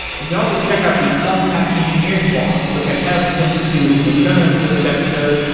you can also check out the thumbtack engineering blog, which i have linked to in the show notes for this episode.